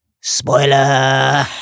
spoiler